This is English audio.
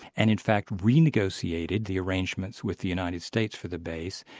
and in fact re-negotiated the arrangements with the united states for the base,